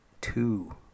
two